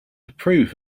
approve